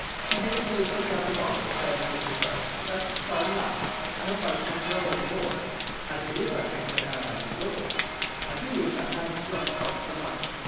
she hastily put down the bottle, saying to herself that's quite enough i hope i sha'n't grow any more as it is, i can't get out at the door i do wish i hadn't drunk quite so much!